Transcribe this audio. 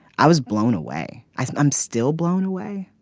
i was blown away. i'm i'm still blown away.